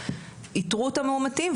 איתרו את המאומתים,